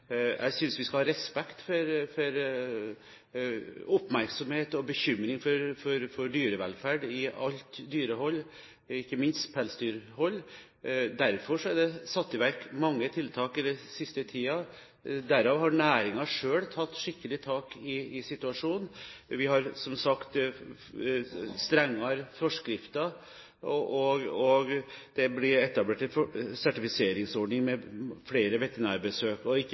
Jeg synes vi skal ha respekt for, oppmerksomhet mot og bekymring for dyrevelferd i alt dyrehold, ikke minst pelsdyrhold. Derfor er det satt i verk mange tiltak i den siste tiden, og næringen har selv tatt skikkelig tak i situasjonen. Vi har, som sagt, strengere forskrifter, og det er blitt etablert en sertifiseringsordning med flere veterinærbesøk. Ikke